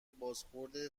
بازخورد